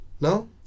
No